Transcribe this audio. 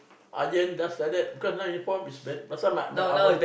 iron just like that cause now uniform is very last time ah our